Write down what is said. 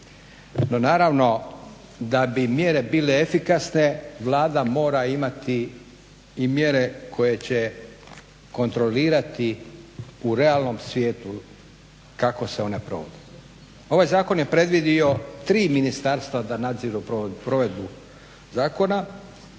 No naravno da bi mjere bile efikasne Vlada mora imati i mjere koje će kontrolirati u realnom svijetu kako se one provode. Ovaj zakon je predvidio tri ministarstva da nadziru provedbu zakona